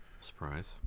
Surprise